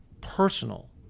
personal